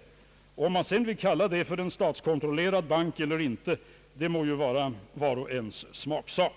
— om man sedan vill kalla det en statskontrollerad bank eller inte, må vara vars och ens smaksak.